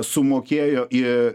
sumokėjo į